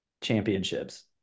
championships